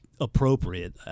appropriate